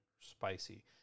spicy